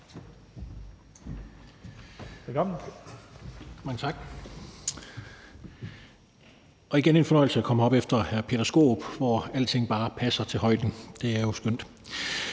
det er igen en fornøjelse at komme herop efter hr. Peter Skaarup, hvor alting bare passer i højden. Det er jo skønt.